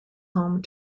home